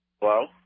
Hello